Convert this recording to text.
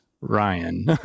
Ryan